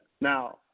Now